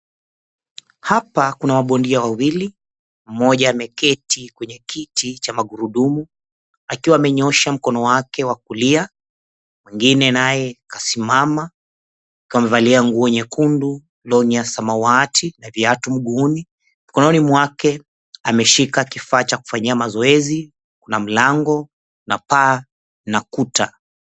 Hapa kuna mabondia wawili, mmoja ameketi kwenye kiti cha magurudumu akiwa amenyoosha mkono wake wa kulia, mwingine naye kasimama, kamvalia nguo nyekundu, long'i ya samawati na viatu mguuni. Mkononi mwake ameshika kifaa cha kufanyia mazoezi na mlango na paa na kuta.